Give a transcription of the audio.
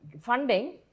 funding